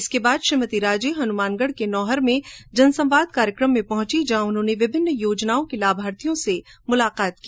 इसके बाद श्रीमती राजे हनुमानगढ के नोहर में जनसंवाद कार्यक्रम में पहुंची जहां उन्होंने विभिन्न योजनाओं के लाभार्थियों से मुलाकात की